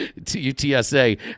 UTSA